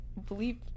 Bleep